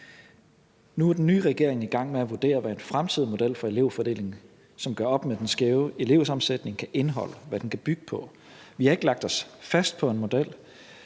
Nu er den nye regering i gang med at vurdere, hvad en fremtidig model for elevfordeling, som gør op med den skæve elevsammensætning, kan indeholde, og hvad den kan bygge på. Vi har ikke lagt os fast på en model,